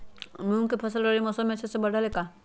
मूंग के फसल रबी मौसम में अच्छा से बढ़ ले का?